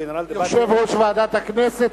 יושב-ראש ועדת הכנסת,